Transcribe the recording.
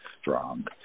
strong